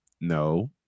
No